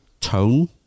tone